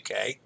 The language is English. UK